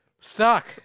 Suck